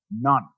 none